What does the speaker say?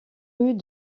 rues